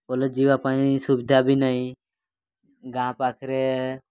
college ଯିବା ପାଇଁ ସୁବିଧା ବି ନାହିଁ ଗାଁ ପାଖରେ